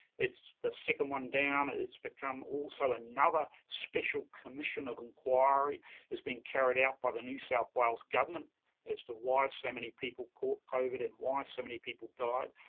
it's the second one down, it's become also another special commission of inquiry is being carried out by the new south wales government as to why so many people caught covid and why so many people died.